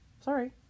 Sorry